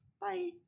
bye